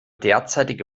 derzeitige